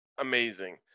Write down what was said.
amazing